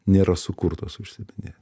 nėra sukurtos užsiiminė